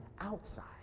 outside